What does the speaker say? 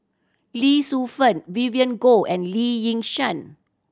Lee Shu Fen Vivien Goh and Lee Yi Shyan